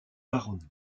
baronnie